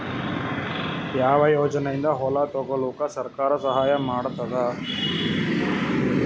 ಯಾವ ಯೋಜನೆಯಿಂದ ಹೊಲ ತೊಗೊಲುಕ ಸರ್ಕಾರ ಸಹಾಯ ಮಾಡತಾದ?